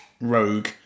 rogue